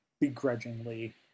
begrudgingly